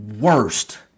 worst